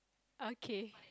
okay